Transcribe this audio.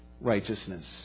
righteousness